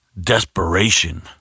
desperation